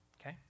okay